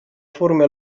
forme